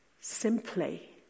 simply